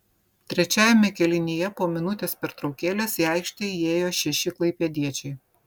trečiajame kėlinyje po minutės pertraukėlės į aikštę įėjo šeši klaipėdiečiai